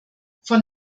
von